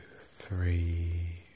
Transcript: three